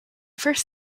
first